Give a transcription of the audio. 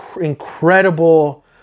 incredible